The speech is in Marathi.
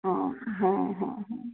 हां हां हां हां